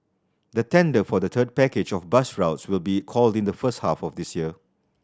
the tender for the third package of bus routes will be called in the first half of this year